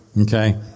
okay